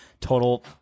total